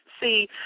See